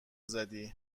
زدی